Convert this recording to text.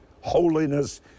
holiness